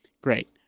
Great